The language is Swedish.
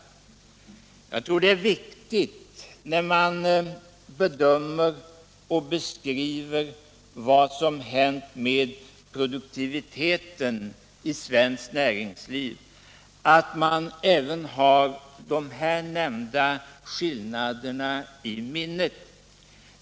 Jag tror att det är viktigt, när man bedömer och beskriver vad som hänt med produktiviteten i svenskt näringsliv, att man även har de här nämnda skillnaderna i minnet.